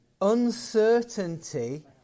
Uncertainty